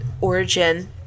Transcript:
origin